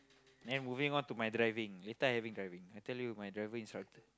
then moving on to my driving later I having driving I tell you my driving instructor